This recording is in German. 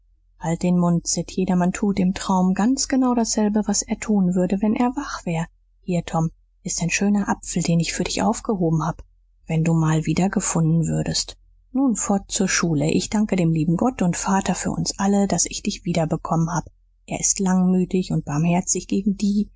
halt den mund sid jedermann tut im traum ganz genau dasselbe was er tun würde wenn er wach wär hier tom ist ein schöner apfel den ich für dich aufgehoben hab wenn du mal wiedergefunden würdst nun fort zur schule ich dank dem lieben gott und vater für uns alle daß ich dich wiederbekommen hab er ist langmütig und barmherzig gegen die